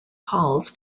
calls